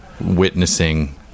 witnessing